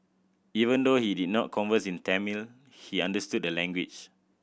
even though he did not converse in Tamil he understood the language